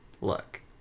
Look